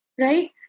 Right